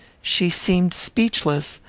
she seemed speechless,